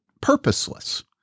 purposeless